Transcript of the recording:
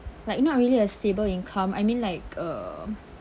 like not really a stable income I mean like uh